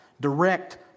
direct